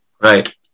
Right